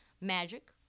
Magic